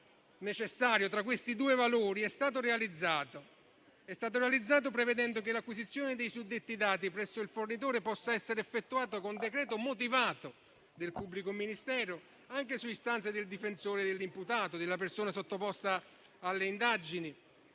necessario tra questi due valori è stato realizzato prevedendo che l'acquisizione dei suddetti dati presso il fornitore possa essere effettuata con decreto motivato del pubblico ministero anche su istanza del difensore dell'imputato, della persona sottoposta alle indagini,